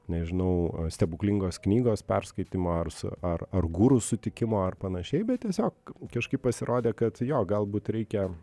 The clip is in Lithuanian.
nežinau stebuklingos knygos perskaitymo ar su ar ar guru sutikimo ar panašiai bet tiesiog kažkaip pasirodė kad jo galbūt reikia